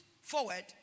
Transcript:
forward